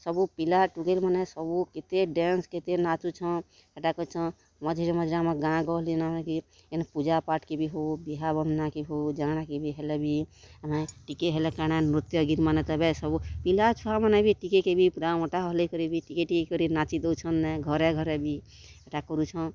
ସବୁ ପିଲା ଟୁକେଲ୍ ମାନେ ସବୁ କେତେ ଡ଼୍ୟାନ୍ସ୍ କେତେ ନାଚୁଛଁ ଏଇଟା କରୁଛଁ ମଝିରେ ମଝିରେ ଆମ ଗାଁ ଗହଳିମାନଙ୍କେ କିନ୍ ପୂଜାପାଠ୍ କେ ବି ହୋ ବିହା ବନ୍ଧନ ହୋ ଜାଣ କିଛି ହେଲେ ବି ଆମେ ଟିକେ ହେଲେ କାଁଣ ନୃତ୍ୟ ଗୀତ୍ମାନେ ତେବେ ସବୁ ପିଲା ଛୁଆମାନେ ବି ଟିକେ କେ ଭି ଅଣ୍ଟା ଫଣ୍ଟା ହଲେଇ କରି ଟିକେ ଟିକେ କରି ନାଚି ଦଉଛନ୍ ନେ ଘରେ ଘରେ ବି ଏଇଟା କରୁଛଁ